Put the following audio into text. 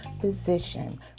physician